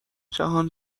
جهان